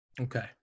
Okay